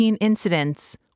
incidents